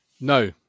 No